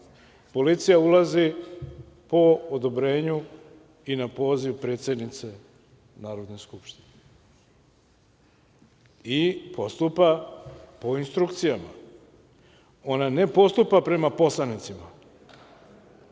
policija ulazi po odobrenju i na poziv predsednice Narodne skupštine i postupa po instrukcijama. Ona ne postupa prema poslanicima,